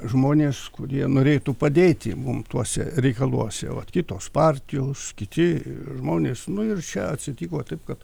žmonės kurie norėtų padėti mum tuose reikaluose vat kitos partijos kiti žmonės nu ir čia atsitiko taip kad